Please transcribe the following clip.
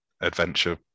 adventure